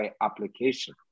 application